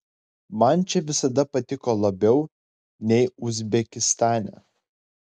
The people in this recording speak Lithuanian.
man čia visada patiko labiau nei uzbekistane